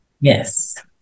yes